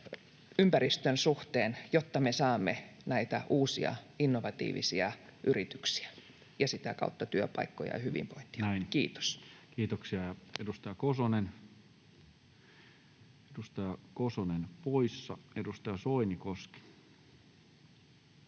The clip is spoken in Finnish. ympäristön suhteen, että me saamme näitä uusia innovatiivisia yrityksiä ja sitä kautta työpaikkoja ja hyvinvointia. — Kiitos. Näin, kiitoksia. — Edustaja Kosonen poissa. — Edustaja Soinikoski.